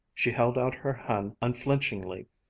she held out her hand unflinchingly,